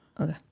okay